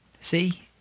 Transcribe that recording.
See